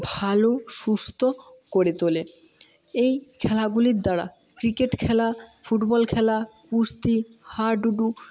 ভালো সুস্থ করে তোলে এই খেলাগুলির দ্বারা ক্রিকেট খেলা ফুটবল খেলা কুস্তি হাডুডু